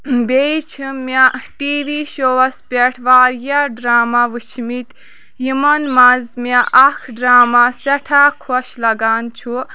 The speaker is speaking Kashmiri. بیٚیہِ چھُ مےٚ ٹی وی شووس پٮ۪ٹھ واریاہ ڈرامہ وُچھمٕتۍ یِمن منٛز مےٚ اکھ ڈرامہ سٮ۪ٹھاہ خۄش لَگان چھُ